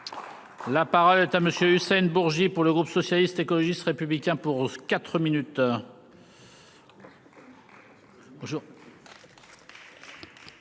La parole est à monsieur. C'est une Bourget pour le groupe socialiste, écologiste républicains pour 4 minutes.